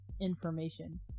information